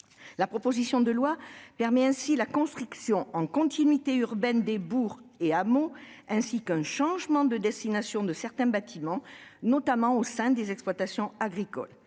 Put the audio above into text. La proposition de loi permet la construction en continuité urbaine des bourgs et hameaux, ainsi qu'un changement de destination de certains bâtiments, notamment au sein des exploitations agricoles.